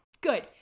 good